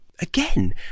Again